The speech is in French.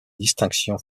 distinction